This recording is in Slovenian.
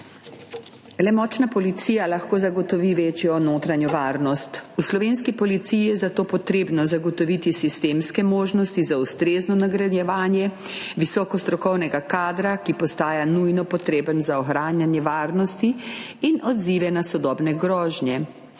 Le močna policija lahko zagotovi večjo notranjo varnost. V slovenski policiji je zato potrebno zagotoviti sistemske možnosti za ustrezno nagrajevanje visoko strokovnega kadra, ki postaja nujno potreben za ohranjanje varnosti, in odzive na sodobne grožnje,